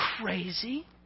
crazy